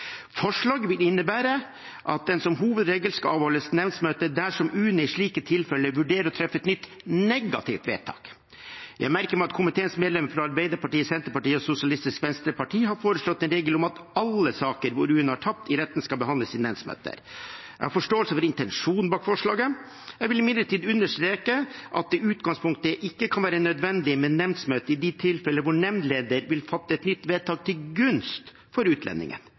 Forslaget vil innebære at det som hovedregel skal avholdes nemndmøte dersom UNE i slike tilfeller vurderer å treffe et nytt negativt vedtak. Jeg merker meg at komiteens medlemmer fra Arbeiderpartiet, Senterpartiet og Sosialistisk Venstreparti har foreslått en regel om at alle saker hvor UNE har tapt i retten, skal behandles i nemndmøter. Jeg har forståelse for intensjonen bak forslaget. Jeg vil imidlertid understreke at det i utgangspunktet ikke kan være nødvendig med nemndmøte i de tilfeller hvor nemndleder vil fatte et nytt vedtak til gunst for utlendingen.